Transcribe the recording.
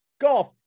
golf